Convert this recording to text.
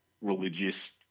religious